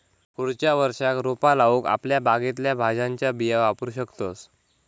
पुढच्या वर्षाक रोपा लाऊक आपल्या बागेतल्या भाज्यांच्या बिया वापरू शकतंस